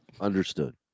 Understood